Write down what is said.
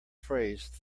phrase